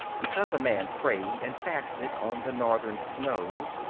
because a man prayed and fasted on the northern snows,